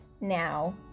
now